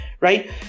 right